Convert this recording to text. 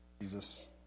Jesus